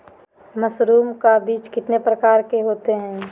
Mushroom का बीज कितने प्रकार के होते है?